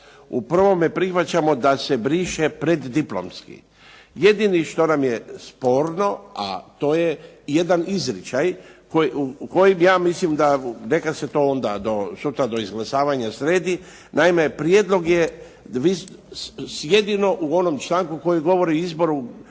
U 1. prihvaćamo da se briše preddiplomski. Jedino što nam je sporno, a to je jedan izričaj koji ja mislim da neka se to onda do sutra, do izglasavanja sredi. Naime, prijedlog je jedino u onom članku koji govori o izboru